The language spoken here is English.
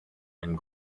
and